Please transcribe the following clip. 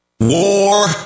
War